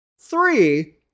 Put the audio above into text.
Three